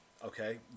Okay